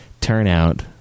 turnout